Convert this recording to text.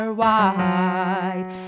wide